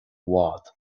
bhfad